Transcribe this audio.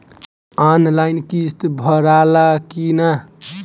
Online किस्त भराला कि ना?